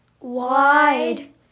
Wide